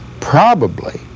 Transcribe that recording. probably,